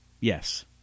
Yes